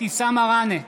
אבתיסאם מראענה,